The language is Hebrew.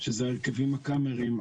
ההרכבים הקאמריים,